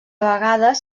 vegades